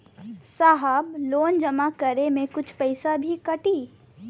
साहब लोन जमा करें में कुछ पैसा भी कटी?